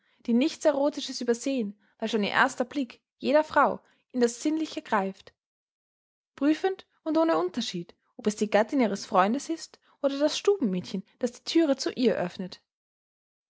die nichts erotisches übersehen weil schon ihr erster blick jeder frau in das sinnliche greift prüfend und ohne unterschied ob es die gattin ihres freundes ist oder das stubenmädchen das die türe zu ihr öffnet